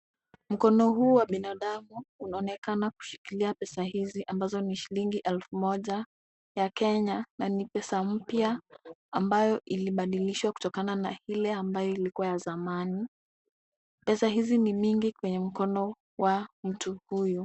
Mkono huu wa binadamu unaonekana kushikilia pesa hizi ambazo ni shilingi elfu moja ya kenya na ni pesa mpya ambayo ilibadilishwa kutokana na ile ambayo ilikuwa ya zamani. Pesa hizi ni nyingi kwa mkono wa mtu huyu.